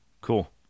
Cool